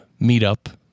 meetup